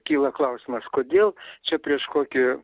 kyla klausimas kodėl čia prieš kokį